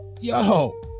yo